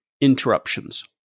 Interruptions